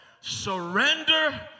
Surrender